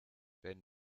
wenn